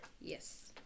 Yes